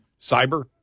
Cyber